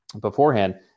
beforehand